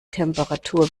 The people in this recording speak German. temperatur